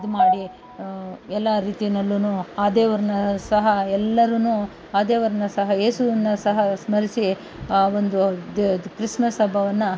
ಇದ್ಮಾಡಿ ಎಲ್ಲಾ ರೀತಿಯಲ್ಲೂ ಆ ದೇವ್ರನ್ನು ಸಹ ಎಲ್ಲರೂ ಆ ದೇವರ್ನ ಸಹ ಯೇಸುವನ್ನು ಸಹ ಸ್ಮರಿಸಿ ಆ ಒಂದು ದ ಕ್ರಿಸ್ಮಸ್ ಹಬ್ಬವನ್ನು